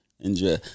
enjoy